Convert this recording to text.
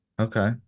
Okay